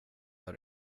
jag